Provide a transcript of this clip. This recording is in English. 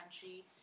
country